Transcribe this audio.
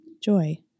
joy